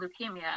leukemia